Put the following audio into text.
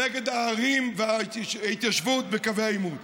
נגד הערים וההתיישבות בקווי העימות.